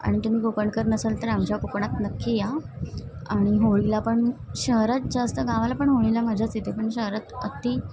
आणि तुम्ही कोकणकर नसाल तर आमच्या कोकणात नक्की या आणि होळीला पण शहरात जास्त गावाला पण होळीला मजाच येते पण शहरात अति